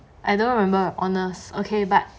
I don't remember honest okay but